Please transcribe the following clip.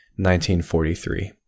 1943